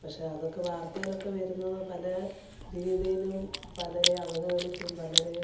പക്ഷേ അതൊക്കെ വാർത്തയിലൊക്കെ വരുന്നത് പല രീതിയിലും പലരെ അവഹേളിച്ചും പലരേം